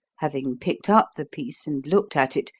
having picked up the piece and looked at it,